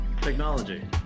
technology